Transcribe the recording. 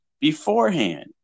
beforehand